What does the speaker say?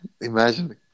Imagine